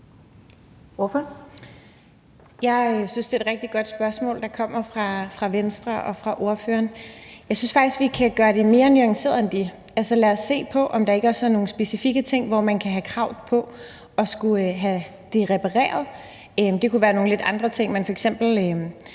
Jeg synes, det er et rigtig godt spørgsmål, der kommer fra Venstre og fra ordføreren. Jeg synes faktisk, vi kan gøre det mere nuanceret end det. Lad os se på, om der ikke også er nogle specifikke ting, hvor man kan have krav på at skulle have det repareret. Det kunne være nogle lidt andre ting. Med tasker